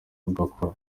ugakora